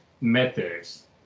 methods